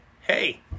Hey